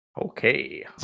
Okay